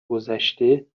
گذشته